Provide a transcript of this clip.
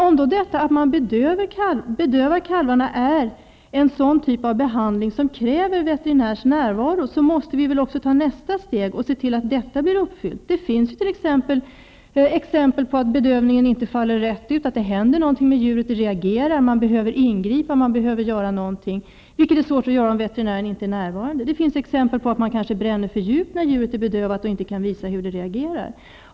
Men om bedövningen av kalvarna är en sådan typ av behandling som kräver veterinärs närvaro, måste vi väl också ta nästa steg och se till att detta blir uppfyllt. Det finns exempel på att bedövningen inte faller ut rätt, utan djuret reagerar. Man behöver då ingripa på något sätt, vilket är svårt att göra när veterinären inte är närvarande. Det finns också exempel på att man kanske bränner för djupt när djuret är bedövat och inte kan visa någon reaktion.